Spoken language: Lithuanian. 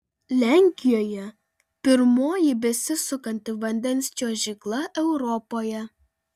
lenkijoje pirmoji besisukanti vandens čiuožykla europoje